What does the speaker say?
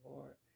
Lord